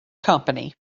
company